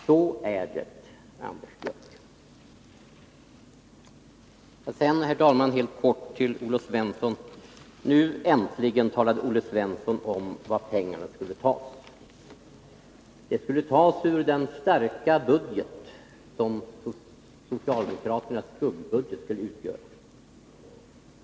Så är det, Anders Björck! Onsdagen den Helt kort till Olle Svensson: Nu äntligen talade Olle Svensson om var 14 april 1982 pengarna skulle tas. De skulle tas ur den starka budget som socialdemokraternas skuggbudget skulle utgöra.